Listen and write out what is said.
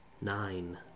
Nine